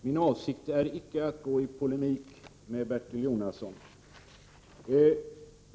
Herr talman! Min avsikt är icke att gå i polemik med Bertil Jonasson.